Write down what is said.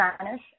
Spanish